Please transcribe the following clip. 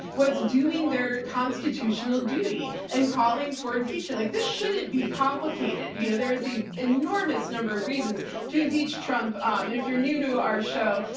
was doing their constitutional duty and calling for impeachment. like this shouldn't be complicated. you know, there is a enormous number of reasons to impeach trump. and if you're new to our show,